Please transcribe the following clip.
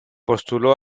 postuló